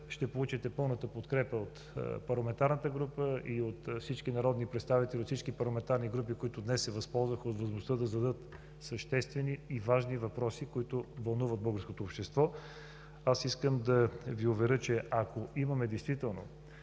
ще получите пълната подкрепа от парламентарната група и от всички народни представители от всички парламентарни групи, които днес се възползваха от възможността да зададат съществени и важни въпроси, които вълнуват българското общество. Аз искам да Ви уверя, че ако имаме действително